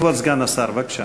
כבוד סגן השר, בבקשה.